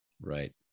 Right